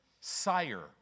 Sire